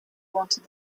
wanted